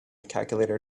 calculator